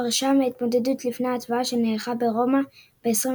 שפרשה מההתמודדות לפני ההצבעה שנערכה ברומא ב-22